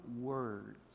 words